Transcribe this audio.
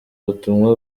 ubutumwa